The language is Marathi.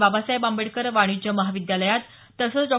बाबासाहेब आंबेडकर वाणिज्य महाविद्यालयात तसंच डॉ